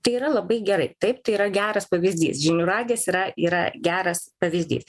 tai yra labai gerai taip tai yra geras pavyzdys žinių radijas yra yra geras pavyzdys